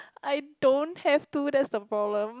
I don't have to that's the problem